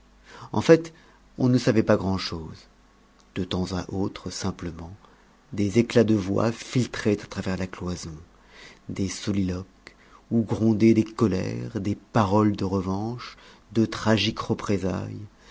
en fait on ne savait pas grand-chose de temps à autre simplement des éclats de voix filtraient à travers la cloison des soliloques où grondaient des colères des paroles de revanche de tragiques représailles